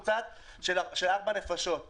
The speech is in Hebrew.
ממוצעת של ארבע נפשות 12 שקלים בחודש.